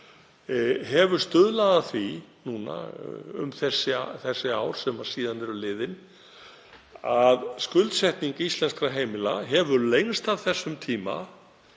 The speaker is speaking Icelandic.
hefur stuðlað að því, þau ár sem síðan eru liðin, að skuldsetning íslenskra heimila hefur lengst af þeim tíma